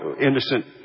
innocent